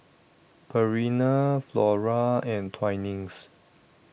Purina Flora and Twinings